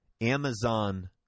Amazon